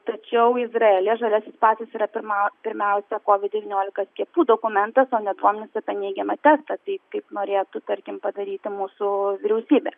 tačiau izraelyje žaliasis pasas yra pirma pirmiausia kovid devyniolika skiepų dokumentas o ne duomenys apie neigiamą testą tai kaip norėtų tarkim padaryti mūsų vyriausybė